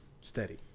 Steady